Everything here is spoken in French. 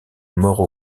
morts